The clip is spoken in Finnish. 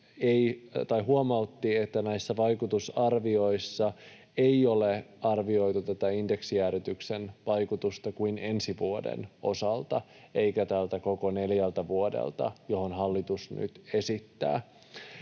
huomautti, että näissä vaikutusarvioissa ei ole arvioitu tätä indeksijäädytyksen vaikutusta kuin ensi vuoden osalta eikä tältä koko neljältä vuodelta, johon hallitus sitä nyt esittää.